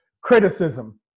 Criticism